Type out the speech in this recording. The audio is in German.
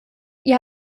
ihr